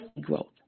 growth